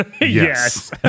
Yes